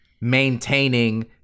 maintaining